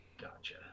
Gotcha